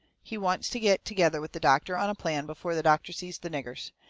he wants to get together with the doctor on a plan before the doctor sees the niggers.